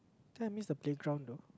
think I miss the playground though